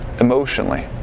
emotionally